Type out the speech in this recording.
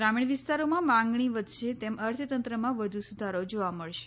ગ્રામીણ વિસ્તારોમાં માંગણી વધશે તેમ અર્થતંત્રમાં વધુ સુધારો જોવા મળશે